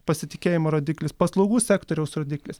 pasitikėjimo rodiklis paslaugų sektoriaus rodiklis